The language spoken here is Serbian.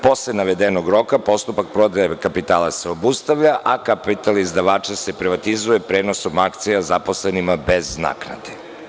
Posle navedenog roka postupak prodaje kapitala se obustavlja, a kapital izdavača se privatizuje prenosom akcija zaposlenima bez naknade.